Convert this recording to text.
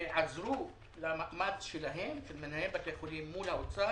ועזרו למאמץ של מנהלי בתי החולים מול האוצר.